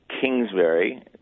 Kingsbury